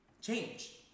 change